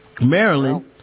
Maryland